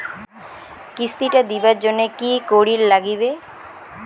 কিস্তি টা দিবার জন্যে কি করির লাগিবে?